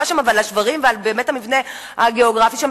שם ועל השברים ועל המבנה הגיאוגרפי שם,